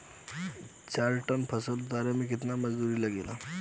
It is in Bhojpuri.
चार टन फसल उतारे में कितना मजदूरी लागेला?